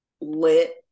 lit